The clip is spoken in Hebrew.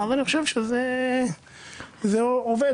אני חושב שזה עובד.